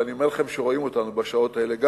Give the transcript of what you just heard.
ואני אומר לכם שרואים אותנו גם בשעות האלה.